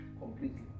completely